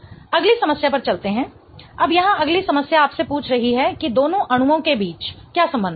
अगली समस्या पर चलते हैं अब यहाँ अगली समस्या आपसे पूछ रही है कि दोनों अणुओं के बीच क्या संबंध है